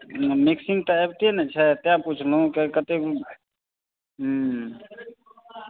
mixing आबिते ने छै तै पुछलहुँ किएक कतेक हुँ